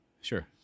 Sure